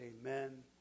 Amen